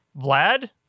Vlad